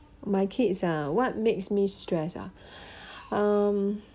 my kids ah what makes me stress ah um